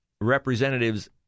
representatives